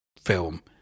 film